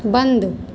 बंद